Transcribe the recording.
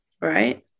right